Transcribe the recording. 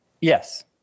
Yes